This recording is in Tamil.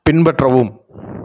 பின்பற்றவும்